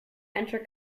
enter